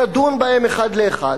והיא תדון בהם אחד לאחד.